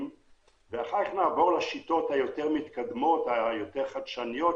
ואחר כך נעבור לשיטות היותר מתקדמות וחדשניות,